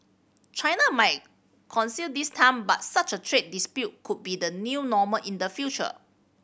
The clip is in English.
China might concede this time but such a trade dispute could be the new normal in the future